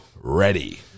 ready